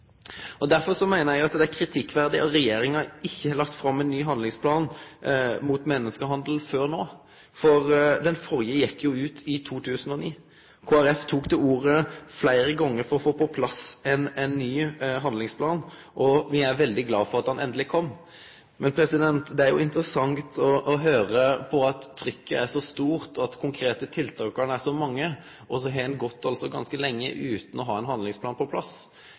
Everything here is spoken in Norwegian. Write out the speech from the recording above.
og drive denne verksemda. Derfor meiner eg at det er kritikkverdig at regjeringa ikkje har lagt fram ein ny handlingsplan mot menneskehandel før no. Den førre gjekk jo ut i 2009. Kristeleg Folkeparti tok fleire gonger til orde for å få på plass ein ny handlingsplan, og me er veldig glade for at han endeleg kom. Det er interessant å høyre at trykket har vore så stort og at det har vore så mange konkrete tiltak, men så har det altså gått så lang tid utan at ein har fått ein handlingsplan på plass.